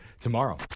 tomorrow